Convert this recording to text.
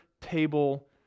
table